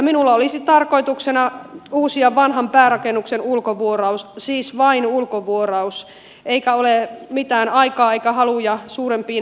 minulla olisi tarkoituksena uusia vanhan päärakennuksen ulkovuoraus siis vain ulkovuoraus eikä ole mitään aikaa eikä haluja suurempiin energiaremontteihin